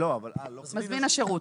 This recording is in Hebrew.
מזמין השירות.